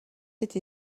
été